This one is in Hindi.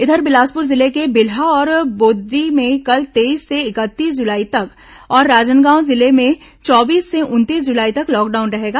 इधर बिलासपुर जिले के बिल्हा और बोदरी में कल तेईस से इकतीस जुलाई तक और राजनांदगांव जिले में चौबीस से उनतीस जुलाई तक लॉकडाउन रहेगा